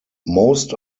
most